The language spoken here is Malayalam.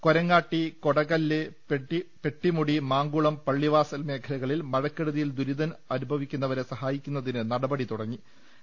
കൊരങ്ങാട്ടി കൊടകല്ല് പെട്ടിമുടി മാങ്കുളം പള്ളിവാസൽ മേഖലകളിൽ മഴക്കെടുതിയിൽ ദുരിതം അനുഭവിക്കുന്നവരെ സഹായിക്കുന്നതിന് നടപടി ആരംഭിച്ചു